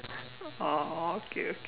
oh okay okay